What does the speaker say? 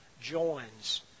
joins